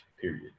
Period